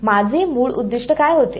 माझे मूळ उद्दीष्ट काय होते